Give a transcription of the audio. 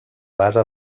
base